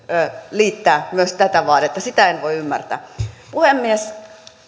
liittää myös tätä vaadetta sitä en voi ymmärtää puhemies